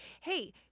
hey